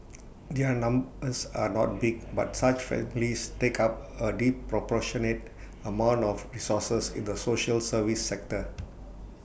their numbers are not big but such families take up A disproportionate amount of resources in the social service sector